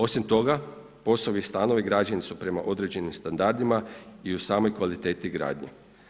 Osim toga POS-ovi stanovi građeni su prema određenim standardima i u samoj kvaliteti gradnje.